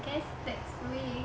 I guess next week